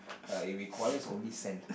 uh it requires only sand